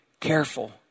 careful